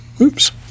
Oops